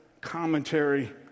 commentary